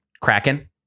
Kraken